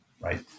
right